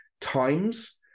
times